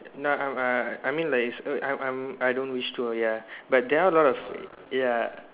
not I'm I I mean like I'm I I don't wish to uh ya but there are a lot of ya